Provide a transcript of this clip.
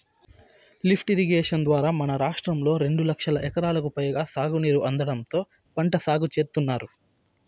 lift irrigation ద్వారా మన రాష్ట్రంలో రెండు లక్షల ఎకరాలకు పైగా సాగునీరు అందడంతో పంట సాగు చేత్తున్నారు